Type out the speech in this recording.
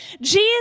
Jesus